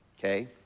okay